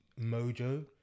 mojo